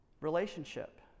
relationship